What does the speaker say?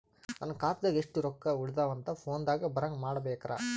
ನನ್ನ ಖಾತಾದಾಗ ಎಷ್ಟ ರೊಕ್ಕ ಉಳದಾವ ಅಂತ ಫೋನ ದಾಗ ಬರಂಗ ಮಾಡ ಬೇಕ್ರಾ?